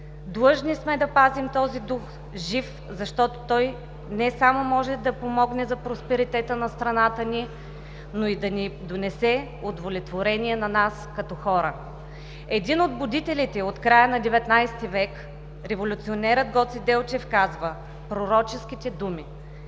Длъжни сме да пазим този дух жив, защото той не само може да помогне за просперитета на страната ни, но и да ни донесе удовлетворение като хора. Един от будителите от края на ХIХ век – революционерът Гоце Делчев, казва пророческите думи: